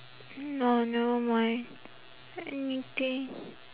no never mind anything